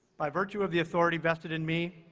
by virtue of the authority vested in me,